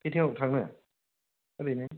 खैथायाव थांनो ओरैनो